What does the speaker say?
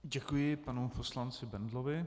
Děkuji panu poslanci Bendlovi.